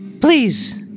Please